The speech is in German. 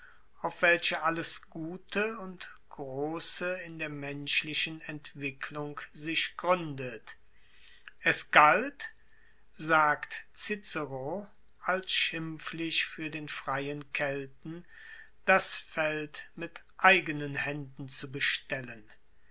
auf welche alles gute und grosse in der menschlichen entwicklung sich gruendet es galt sagt cicero als schimpflich fuer den freien kelten das feld mit eigenen haenden zu bestellen